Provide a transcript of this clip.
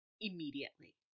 immediately